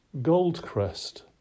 Goldcrest